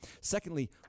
Secondly